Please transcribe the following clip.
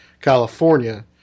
california